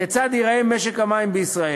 כיצד ייראה משק המים בישראל.